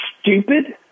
stupid